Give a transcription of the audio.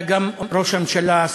היה ראש הממשלה,